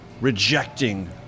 rejecting